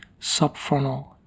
subfrontal